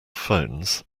phones